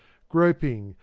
groping,